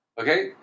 Okay